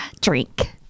drink